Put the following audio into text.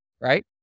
right